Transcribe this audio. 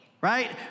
Right